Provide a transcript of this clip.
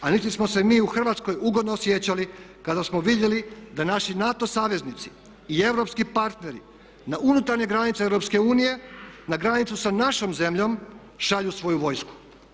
A niti smo se mi u Hrvatskoj ugodno osjećali kada smo vidjeli da naši NATO saveznici i europski partneri na unutarnje granice Europske unije, na granicu sa našom zemljom šalju svoju vojsku.